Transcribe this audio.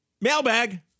Mailbag